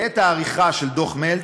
בעת העריכה של דו"ח מלץ,